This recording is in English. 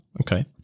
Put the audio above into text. Okay